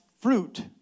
fruit